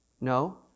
no